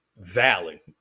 valley